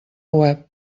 web